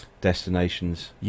destinations